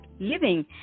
living